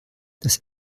das